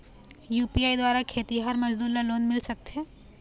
UPI द्वारा खेतीहर मजदूर ला लोन मिल सकथे?